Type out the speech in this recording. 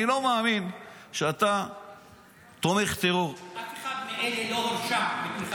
אני לא מאמין שאתה תומך טרור --- אף אחד מאלה לא הורשע בתמיכה בטרור.